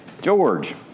George